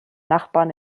nachbarn